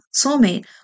soulmate